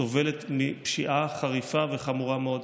סובלת מפשיעה חריפה וחמורה מאוד.